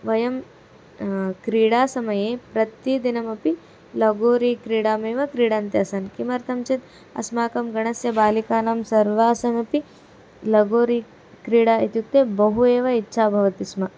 वयं क्रीडासमये प्रतिदिनमपि लगोरी क्रीडामेव क्रीडन्त्यासन् किमर्थं चेत् अस्माकं गणस्य बालिकानां सर्वासमपि लगोरि क्रीडा इत्युक्ते बहु एव इच्छा भवति स्म